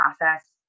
process